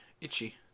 itchy